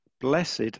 Blessed